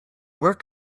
work